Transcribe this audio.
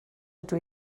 ydw